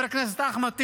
ותרגיש את זה קשה מאוד,